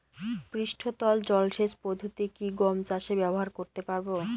পৃষ্ঠতল জলসেচ পদ্ধতি কি গম চাষে ব্যবহার করতে পারব?